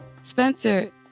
Spencer